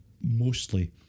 mostly